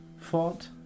fought